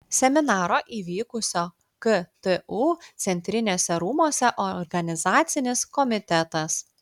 seminaro įvykusio ktu centriniuose rūmuose organizacinis komitetas